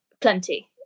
plenty